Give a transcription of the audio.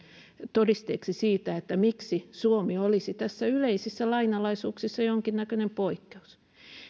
todisteeksi siitä miksi suomi olisi näissä yleisissä lainalaisuuksissa jonkinnäköinen poikkeus